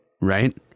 right